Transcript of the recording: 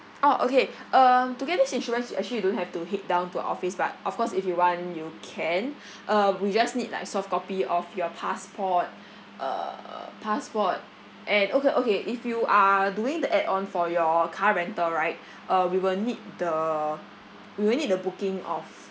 orh okay um to get this insurance you actually you don't have to head down to our office but of course if you want you can uh we just need like soft copy of your passport uh uh passport and okay okay if you are doing the add on for your car rental right uh we will need the we will need the booking of